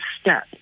step